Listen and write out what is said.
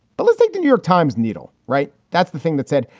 but let's think the new york times. neidl right. that's the thing that said,